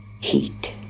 Heat